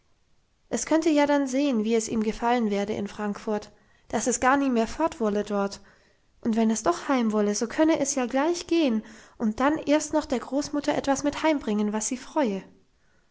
es könnte ja dann sehen wie es ihm gefallen werde in frankfurt dass es gar nie mehr fortwolle dort und wenn es doch heim wolle so könne es ja gleich gehen und dann erst noch der großmutter etwas mit heimbringen was sie freue